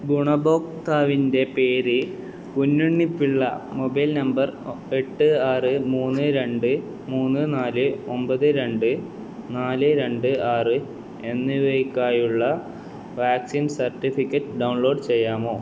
ഗുണഭോക്താവിൻ്റെ പേര് Kunjunnipillai mobile number എട്ട് ആറ് മൂന്ന് രണ്ട് മൂന്ന് നാല് ഒമ്പത് രണ്ട് നാല് രണ്ട് ആറ് എന്നിവയ്ക്കായുള്ള വാക്സിൻ സർട്ടിഫിക്കറ്റ് ഡൗൺലോഡ് ചെയ്യാമോ